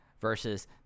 versus